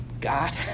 God